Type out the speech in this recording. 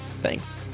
thanks